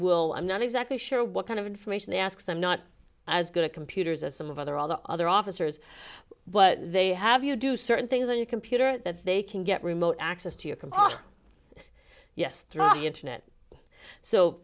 will i'm not exactly sure what kind of information they ask so i'm not as good at computers as some of other all the other officers but they have you do certain things on your computer that they can get remote access to your computer yes through the internet so